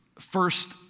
first